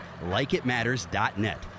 LikeItMatters.net